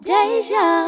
Deja